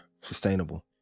sustainable